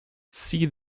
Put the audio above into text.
see